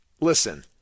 Listen